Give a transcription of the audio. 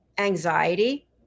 anxiety